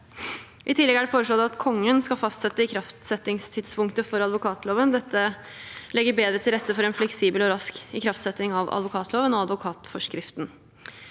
I tillegg er det foreslått at Kongen skal fastsette ikraftsettingstidspunktet for advokatloven. Dette legger bedre til rette for en fleksibel og rask ikraftsetting av advokatloven og advokatforskriften.